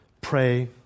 Pray